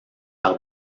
par